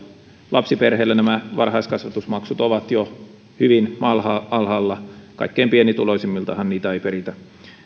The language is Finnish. lapsiperheillä nämä varhaiskasvatusmaksut ovat jo hyvin alhaalla kaikkein pienituloisimmiltahan niitä ei peritä